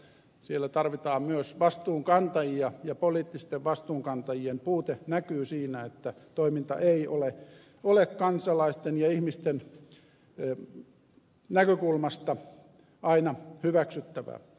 siellä tarvitaan myös vastuunkantajia ja poliittisten vastuunkantajien puute näkyy siinä että toiminta ei ole kansalaisten ja ihmisten näkökulmasta aina hyväksyttävää